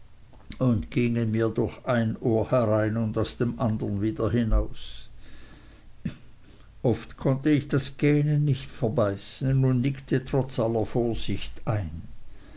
und gingen mir durch ein ohr herein und aus dem andern wieder hinaus oft konnte ich das gähnen nicht mehr verbeißen und nickte trotz aller vorsicht ein